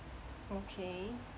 okay